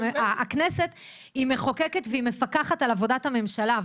הכנסת מחוקקת ומפקחת על עבודת הממשלה.